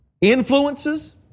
influences